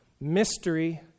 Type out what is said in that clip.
Mystery